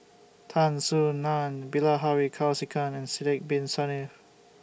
Tan Soo NAN Bilahari Kausikan and Sidek Bin Saniff